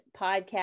podcast